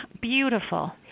Beautiful